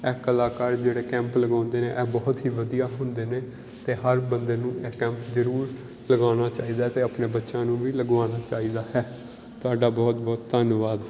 ਇਹ ਕਲਾਕਾਰ ਜਿਹੜੇ ਕੈਂਪ ਲਗਾਉਂਦੇ ਨੇ ਇਹ ਬਹੁਤ ਹੀ ਵਧੀਆ ਹੁੰਦੇ ਨੇ ਅਤੇ ਹਰ ਬੰਦੇ ਨੂੰ ਇਹ ਕੈਂਪ ਜ਼ਰੂਰ ਲਗਾਉਣਾ ਚਾਹੀਦਾ ਅਤੇ ਆਪਣੇ ਬੱਚਿਆਂ ਨੂੰ ਵੀ ਲਗਵਾਉਣਾ ਚਾਹੀਦਾ ਹੈ ਤੁਹਾਡਾ ਬਹੁਤ ਬਹੁਤ ਧੰਨਵਾਦ